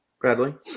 Bradley